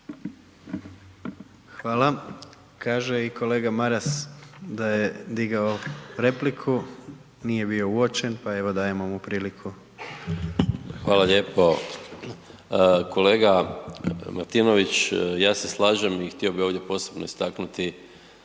Hvala. Kaže i kolega Maras da je digao repliku, nije bio uočen pa evo, dajemo mu priliku. **Maras, Gordan (SDP)** Hvala lijepo. Kolega Martinović, ja se slažem i htio bih ovdje posebno istaknuti